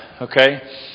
Okay